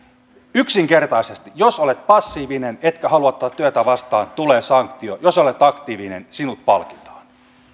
yksinkertaisesti jos olet passiivinen etkä halua ottaa työtä vastaan tulee sanktio jos olet aktiivinen sinut palkitaan